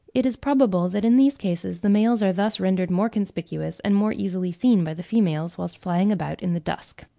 it is probable that in these cases the males are thus rendered more conspicuous, and more easily seen by the females whilst flying about in the dusk.